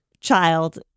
child